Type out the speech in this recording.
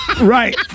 Right